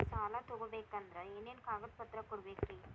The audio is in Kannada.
ಸಾಲ ತೊಗೋಬೇಕಂದ್ರ ಏನೇನ್ ಕಾಗದಪತ್ರ ಕೊಡಬೇಕ್ರಿ?